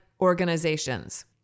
organizations